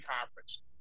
conference